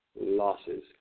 losses